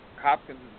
Hopkins